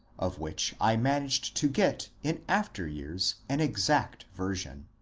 of which i managed to get in after years an exact version.